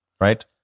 right